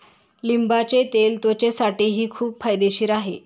लिंबाचे तेल त्वचेसाठीही खूप फायदेशीर आहे